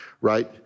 right